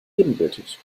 ebenbürtig